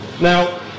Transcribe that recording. Now